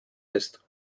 ist